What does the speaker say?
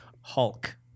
Hulk